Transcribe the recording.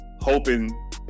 hoping